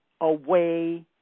away